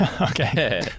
Okay